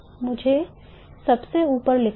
मुझे सबसे ऊपर लिखने दे